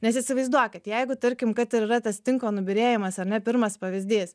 nes įsivaizduokit jeigu tarkim kad ir yra tas tinko nubyrėjimas ar ne pirmas pavyzdys